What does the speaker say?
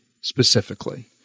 specifically